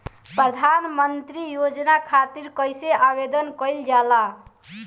प्रधानमंत्री योजना खातिर कइसे आवेदन कइल जाला?